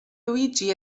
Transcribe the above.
luigi